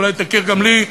אולי תכיר גם לי,